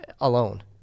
alone